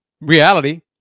reality